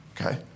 Okay